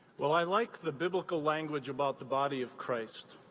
well, i like the biblical language about the body of christ,